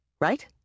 right